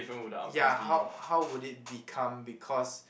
ya how how would it become because